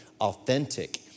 authentic